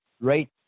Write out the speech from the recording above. right